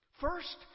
First